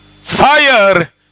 Fire